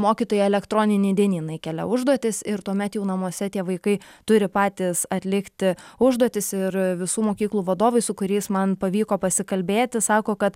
mokytojai elektroniniai dienynai įkelia užduotis ir tuomet jau namuose tie vaikai turi patys atlikti užduotis ir visų mokyklų vadovai su kuriais man pavyko pasikalbėti sako kad